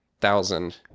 thousand